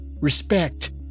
respect